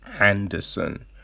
Anderson